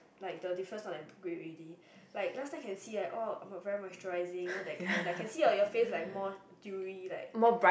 like the difference not that great already like last time can see like oh very moisturising know that kind like can see on you face like more dewy like